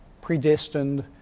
predestined